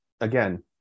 again